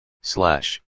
slash